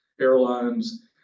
Airlines